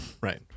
Right